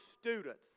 students